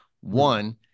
One